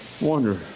wonder